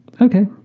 okay